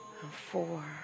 Four